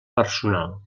personal